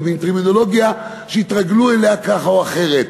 זה מין טרמינולוגיה שהתרגלו אליה כך או אחרת,